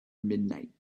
midnight